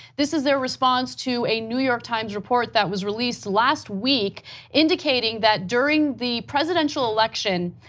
this is their response to a new york times report that was released last week indicating that during the presidential election,